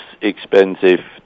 expensive